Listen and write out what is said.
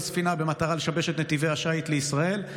ספינה במטרה לשבש את נתיבי השיט לישראל.